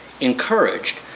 encouraged